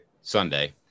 sunday